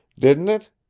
didn't it?